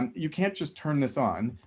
you can't just turn this on,